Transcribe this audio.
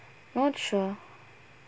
not sure